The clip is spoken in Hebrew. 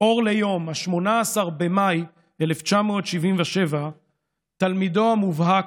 אור ליום 18 במאי 1977 תלמידו המובהק,